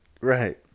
Right